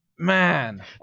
Man